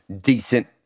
decent